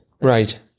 Right